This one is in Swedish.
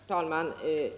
Herr talman!